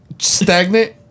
stagnant